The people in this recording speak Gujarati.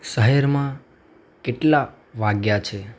શહેરમાં કેટલાં વાગ્યાં છે